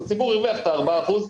אז הציבור הרוויח את ה-4%,